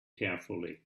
carefully